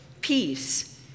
peace